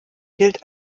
gilt